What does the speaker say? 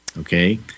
okay